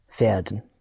werden